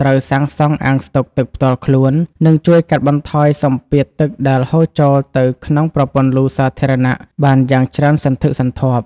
ត្រូវសាងសង់អាងស្តុកទឹកផ្ទាល់ខ្លួន នឹងជួយកាត់បន្ថយសម្ពាធទឹកដែលហូរចូលទៅក្នុងប្រព័ន្ធលូសាធារណៈបានយ៉ាងច្រើនសន្ធឹកសន្ធាប់។